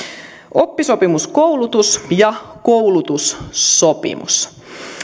oppisopimuskoulutus ja koulutussopimus